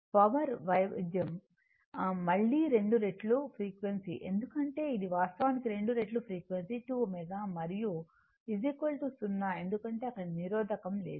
కాబట్టి పవర్ వైవిధ్యం మళ్ళీ రెండు రెట్లు ఫ్రీక్వెన్సీ ఎందుకంటే ఇది వాస్తవానికి రెండు రెట్లు ఫ్రీక్వెన్సీ 2 ω మరియు 0 ఎందుకంటే అక్కడ నిరోధకం లేదు